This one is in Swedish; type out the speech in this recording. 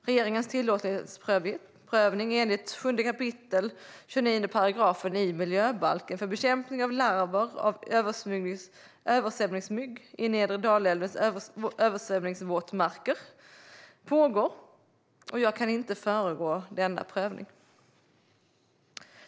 Regeringens tillåtlighetsprövning enligt 7 kap. 29 § miljöbalken för bekämpning av larver av översvämningsmygg i nedre Dalälvens översvämningsvåtmarker pågår, och jag kan inte föregripa denna prövning.